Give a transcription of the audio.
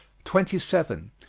twenty seven.